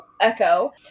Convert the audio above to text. Echo